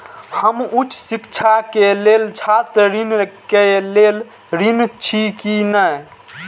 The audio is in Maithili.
हम उच्च शिक्षा के लेल छात्र ऋण के लेल ऋण छी की ने?